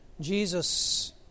Jesus